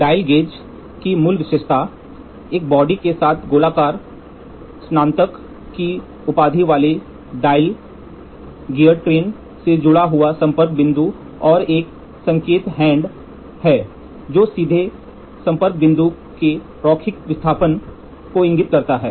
एक dial gauge की मूल विशेषता एक बॉडी के साथ गोलाकार स्नातक की उपाधि वाली डायल गियर ट्रेन से जुड़ा एक संपर्क बिंदु और एक संकेत हैंड है जो सीधे संपर्क बिंदु के रैखिक विस्थापन को इंगित करता है